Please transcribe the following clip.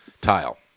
tile